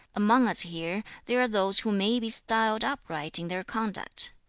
among us here there are those who may be styled upright in their conduct.